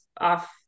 off